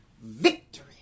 Victory